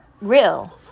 real